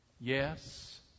Yes